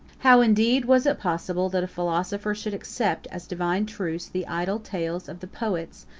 how, indeed, was it possible that a philosopher should accept, as divine truths, the idle tales of the poets,